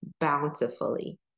bountifully